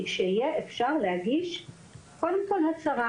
שיהיה אפשר להגיש קודם כל הצהרה.